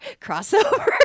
crossover